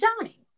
Johnny